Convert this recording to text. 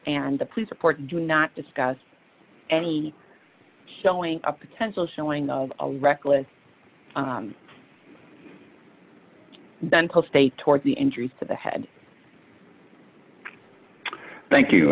the police report do not discuss any showing a potential showing of a reckless dental state towards the injuries to the head thank you